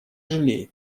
жалеет